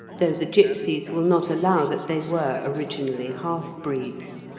though the gipsies will not allow that they were originally half-breeds.